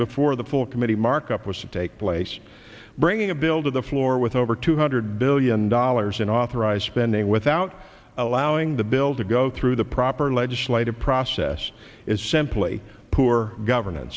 before the full committee markup was to take place bringing a bill to the floor with over two hundred billion dollars in authorized spending without allowing the bill to go through the proper legislative process is simply poor governance